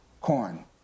corn